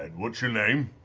and what's your name?